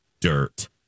dirt